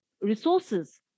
resources